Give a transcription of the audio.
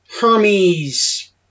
Hermes